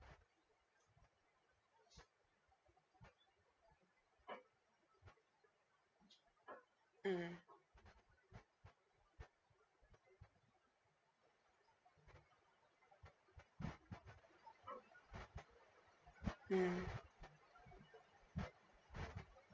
mm mm